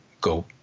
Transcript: go